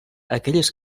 aquelles